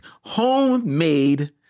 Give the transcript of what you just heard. homemade